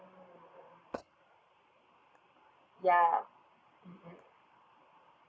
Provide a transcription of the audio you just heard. ya mmhmm